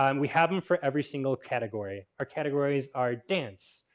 um we have them for every single category. our categories are dance,